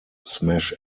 smash